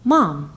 Mom